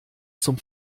zum